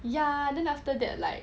ya then after that like